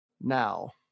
now